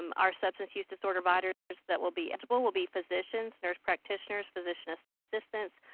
our substance use disorder providers that will be eligible will be physicians, nurse practitioners, physician assistants